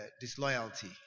disloyalty